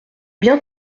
bien